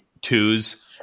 twos